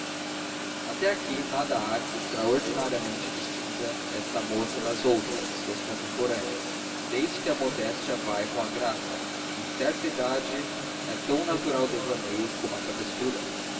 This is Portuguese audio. até aqui nada há que extraordinariamente distinga esta moça das outras suas contemporâneas desde que a modéstia vai com a graça e em certa idade é tão natural o devaneio como a travessura